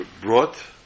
brought